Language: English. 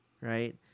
right